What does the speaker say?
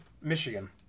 Michigan